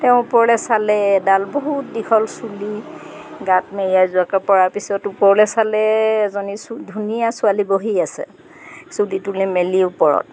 তেওঁ ওপৰলৈ চালে এডাল বহুত দীঘল চুলি গাত মেৰিয়াই যোৱাকৈ পৰা পিছত ওপৰলৈ চালে এজনী ছো ধুনীয়া ছোৱালী বহি আছে চুলি তুলি মেলি ওপৰত